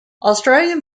australian